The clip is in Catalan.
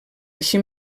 així